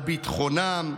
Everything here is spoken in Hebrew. לביטחונם,